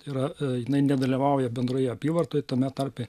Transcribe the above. yra jinai nedalyvauja bendroje apyvartoj tame tarpe